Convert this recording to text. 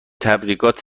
تبریکات